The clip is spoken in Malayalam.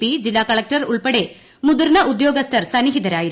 പി ജില്ലാ കളക്ടർ ഉൾപ്പെടെ മുതിർന്ന ഉദ്യോഗസ്ഥർ സന്നിഹിതരായിരുന്നു